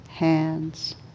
hands